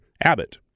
Abbott